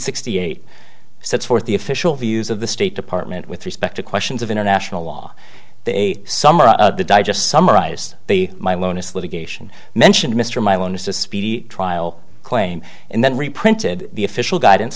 sixty eight sets forth the official views of the state department with respect to questions of international law they summarize the digest summarized they my lowness litigation mentioned mr mylan a speedy trial claim and then reprinted the official guidance